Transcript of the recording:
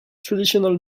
traditional